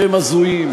שהם הזויים,